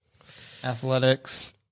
athletics